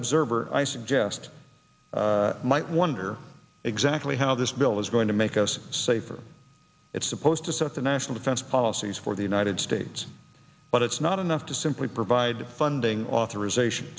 observer i suggest might wonder exactly how this bill is going to make us safer it's supposed to set the national defense policies for the united states but it's not enough to simply provide funding authorisation